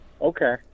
Okay